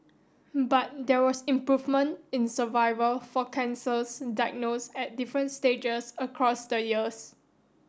but there was improvement in survival for cancers diagnosed at different stages across the years